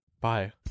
Bye